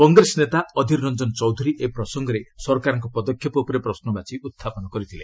କଂଗ୍ରେସ ନେତା ଅଧିର ରଞ୍ଜନ ଚୌଧୁରୀ ଏ ପ୍ରସଙ୍ଗରେ ସରକାରଙ୍କ ପଦକ୍ଷେପ ଉପରେ ପ୍ରଶ୍ନବାଚୀ ଉହ୍ଚାପନ କରିଥିଲେ